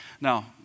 Now